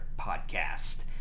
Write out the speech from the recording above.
podcast